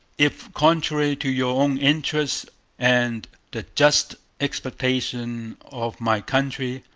if, contrary to your own interest and the just expectation of my country,